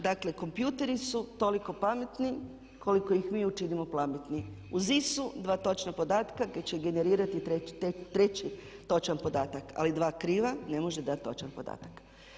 Dakle, kompjuteri su toliko pametni koliko ih mi učinimo pametnim, uz … dva točna podatka koja će generirati treći točan podatak ali dva kriva ne može dati točan podatak.